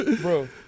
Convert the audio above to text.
Bro